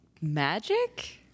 magic